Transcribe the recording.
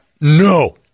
No